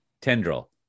Tendril